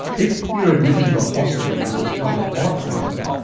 if you're admitted to a hospital, whether it's public or private,